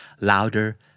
louder